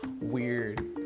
weird